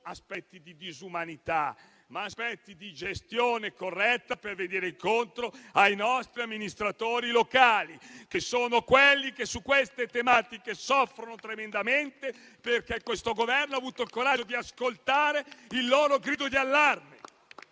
aspetti di disumanità, ma aspetti di gestione corretta per venire incontro ai nostri amministratori locali, che sono quelli che su queste tematiche soffrono tremendamente, perché questo Governo ha avuto il coraggio di ascoltare il loro grido di allarme.